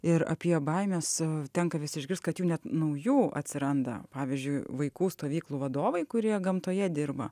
ir apie baimes tenka vis išgirst kad jų net naujų atsiranda pavyzdžiui vaikų stovyklų vadovai kurie gamtoje dirba